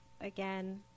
Again